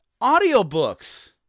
audiobooks